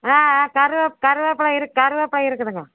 ஆ ஆ கருவேப் கருவேப்பிலை இருக் கருவேப்பிலை இருக்குதுங்க